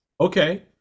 Okay